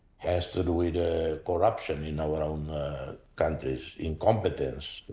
has to do with corruption in our own countries, incompetence,